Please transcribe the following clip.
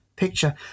picture